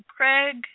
Craig